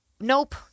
nope